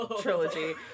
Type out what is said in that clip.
Trilogy